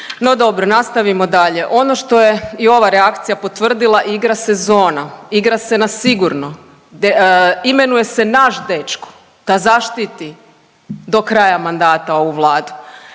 No dobro, nastavimo dalje. Ono što je i ova reakcija potvrdila, igra se zona, igra se na sigurno. Imenuje se naš dečko da zaštiti do kraja mandata ovu Vladu.